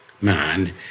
man